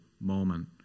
moment